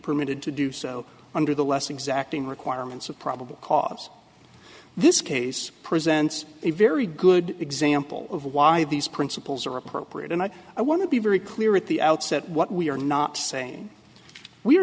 permitted to do so under the less exacting requirements of probable cause this case presents a very good example of why these principles are appropriate and i want to be very clear at the outset what we are not saying we are